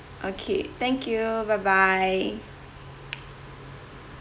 okay thank you bye bye